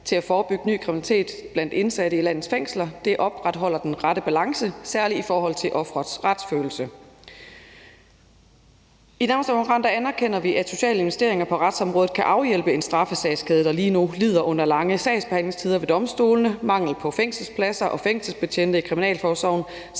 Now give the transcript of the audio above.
til at forebygge ny kriminalitet blandt indsatte i landets fængsler opretholder den rette balance, særlig i forhold til offerets retsfølelse. I Danmarksdemokraterne anerkender vi, at sociale investeringer på retsområdet kan afhjælpe en straffesagskæde, der lige nu lider under lange sagsbehandlingstider ved domstolene, mangel på fængselspladser og fængselsbetjente i kriminalforsorgen,